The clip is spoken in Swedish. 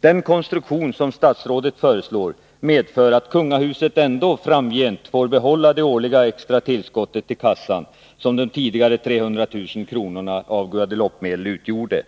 Den konstruktion som statsrådet föreslår medför att kungahuset ändå framgent får behålla det årliga extra tillskottet till kassan, som de tidigare 300 000 kronorna av Guadelopemedel utgjorde.